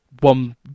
one